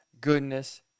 goodness